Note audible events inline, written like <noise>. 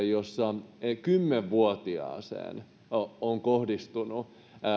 <unintelligible> jossa kymmenvuotiaaseen on kohdistunut